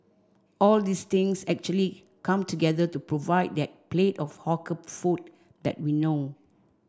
all these things actually come together to provide that plate of hawker food that we know